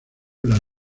las